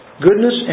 Goodness